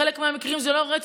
בחלק מהמקרים זה לא רצח,